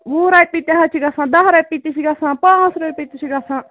وُہ رۄپیہِ تہِ حظ چھُ گژھان دَہ رۄپیہِ تہِ چھ گژھان پانٛژھ رۄپیہِ تہِ چھِ گژھان